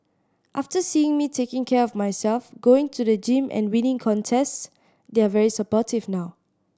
after seeing me taking care of myself going to the gym and winning contests they're very supportive now